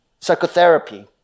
psychotherapy